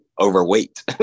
overweight